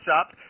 up